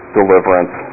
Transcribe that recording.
deliverance